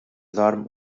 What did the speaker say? dorm